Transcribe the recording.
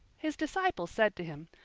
his disciples said to him,